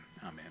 Amen